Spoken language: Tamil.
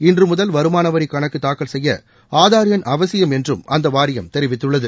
இன்று முதல் வருமானவரி கணக்கு தாக்கல் செய்ய ஆதார் எண் அவசியம் என்றும் அந்த வாரியம் தெரிவித்துள்ளது